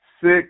Six